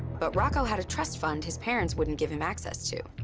but rocco had a trust fund his parents wouldn't give him access to.